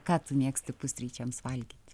ką tu mėgsti pusryčiams valgyti